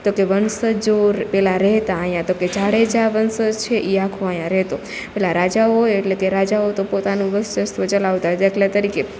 તો કે વંસજો પેલા રહેતા આયા તોકે જાડેજા વંસજ છે ઈ આખો આયા રેતો પેલા રાજાઓ હોય એટલે કે રાજાઓ તો પોતાનું વર્ચસ્વ ચલાવતા દાખલા તરીકે